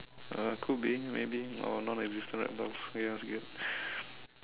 uh could be maybe or non existent reptiles oh ya it's okay